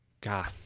God